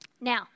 Now